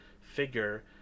figure